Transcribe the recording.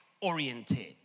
oriented